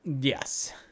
Yes